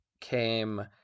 came